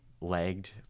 lagged